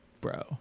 bro